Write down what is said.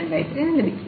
ലഭിക്കും